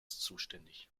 zuständig